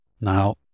Now